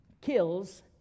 kills